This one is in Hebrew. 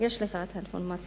יש לך את האינפורמציה,